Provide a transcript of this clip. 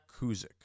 Kuzik